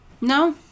No